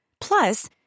Plus